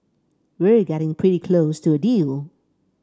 we're getting pretty close to a deal